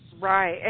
Right